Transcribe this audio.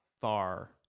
far